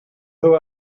who